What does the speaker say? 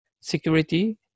security